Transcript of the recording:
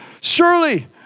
surely